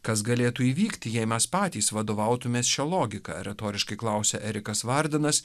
kas galėtų įvykti jei mes patys vadovautumės šia logika retoriškai klausia erikas vardenas